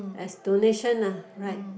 as donation lah right